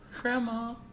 grandma